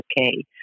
okay